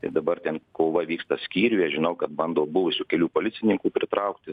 ir dabar ten kova vyksta skyriuje žinau kad bando buvusių kelių policininkų pritraukti